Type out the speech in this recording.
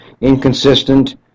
inconsistent